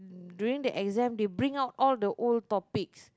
during the exam they bring out all the old topics